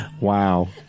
Wow